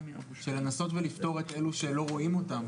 של לנסות ולפטור את אלה שלא רואים אותם,